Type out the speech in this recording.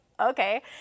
okay